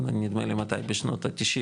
נדמה לי בשנות ה-90,